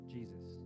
Jesus